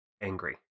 Angry